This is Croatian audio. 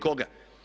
Koga?